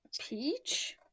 Peach